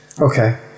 okay